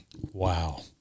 Wow